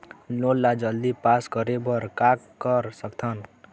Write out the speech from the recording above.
Loan ला जल्दी pass करे बर का कर सकथन?